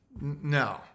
No